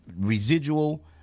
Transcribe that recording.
residual